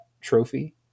trophy